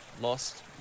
Lost